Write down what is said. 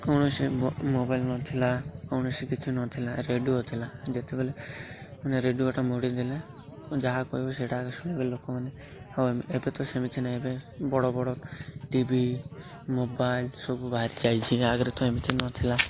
କୌଣସି ମୋବାଇଲ ନଥିଲା କୌଣସି କିଛି ନଥିଲା ରେଡ଼ିଓ ଥିଲା ଯେତେବେଳେ ମାନେ ରେଡ଼ିଓଟା ମୋଡ଼ି ଦେଲେ ଯାହା କହିବେ ସେଟା ଆଗେ ଶୁଣିବେ ଲୋକମାନେ ହଉ ଏବେ ତ ସେମିତି ନା ଏବେ ବଡ଼ ବଡ଼ ଟି ଭି ମୋବାଇଲ ସବୁ ବାହାରିଯାଇଛି ଆଗରେ ତ ଏମିତି ନଥିଲା